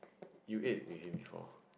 you ate with him before